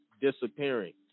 disappearing